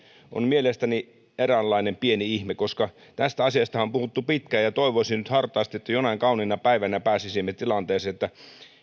on mielestäni eräänlainen pieni ihme koska tästä asiastahan on puhuttu pitkään toivoisin nyt hartaasti että jonain kauniina päivänä pääsisimme tilanteeseen